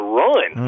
run